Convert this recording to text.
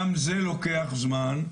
גם זה לוקח זמן.